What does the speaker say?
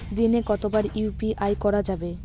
দিনে কতবার ইউ.পি.আই করা যাবে?